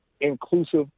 inclusive